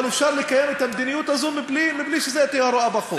אבל אפשר לקיים את המדיניות הזאת מבלי שזאת תהיה הוראה בחוק.